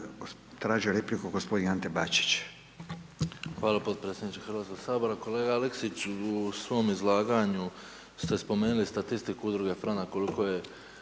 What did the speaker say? Ante Bačić. **Bačić, Ante (HDZ)** Hvala potpredsjedniče Hrvatskog sabora. Kolega Aleksić, u svom izlaganju ste spomenuli statistiku udruge Franak, koliko je